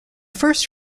first